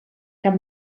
cap